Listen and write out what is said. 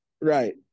Right